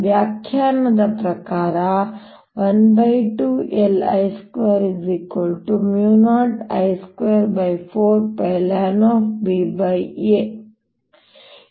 ವ್ಯಾಖ್ಯಾನದ ಪ್ರಕಾರ 12LI20I24πlnbaL02πlnba ಆಗಿದೆ